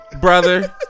brother